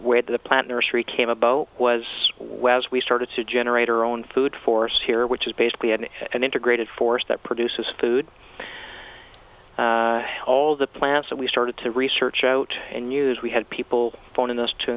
way the plant nursery came about was whereas we started to generate her own food force here which is basically had an integrated force that produces food all the plants that we started to research out and use we had people phoning us to